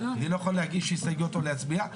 אני לא יכול להגיש הסתייגויות או להצביע,